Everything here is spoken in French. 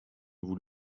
vous